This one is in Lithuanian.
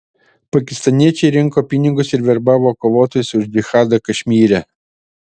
pakistaniečiai rinko pinigus ir verbavo kovotojus už džihadą kašmyre